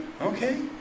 Okay